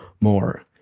more